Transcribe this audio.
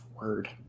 Word